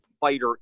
fighter